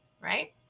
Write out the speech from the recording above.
right